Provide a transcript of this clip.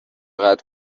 قطع